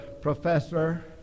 professor